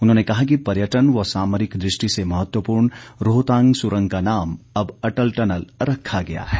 उन्होंने कहा कि पर्यटन व सामरिक दृष्टि से महत्वपूर्ण रोहतांग सुरंग का नाम अब अटल टनल रखा गया है